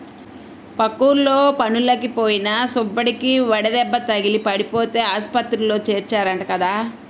పక్కూర్లో పనులకి పోయిన సుబ్బడికి వడదెబ్బ తగిలి పడిపోతే ఆస్పత్రిలో చేర్చారంట కదా